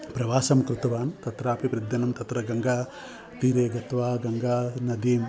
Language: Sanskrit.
प्रवासं कृतवान् तत्रापि प्रतिदिनं गङ्गातीरे गत्वा गङ्गानदीं